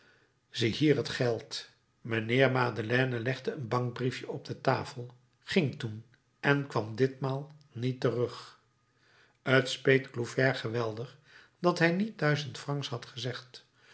ziehier het geld mijnheer madeleine legde een bankbriefje op de tafel ging toen en kwam ditmaal niet terug t speet scaufflaire geweldig dat hij niet duizend francs had gezegd